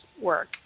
work